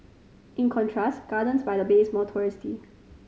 in contrast Gardens by the Bay is more touristy